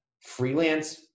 freelance